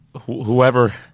whoever